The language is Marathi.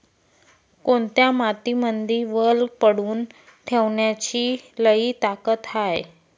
कोनत्या मातीमंदी वल पकडून ठेवण्याची लई ताकद हाये?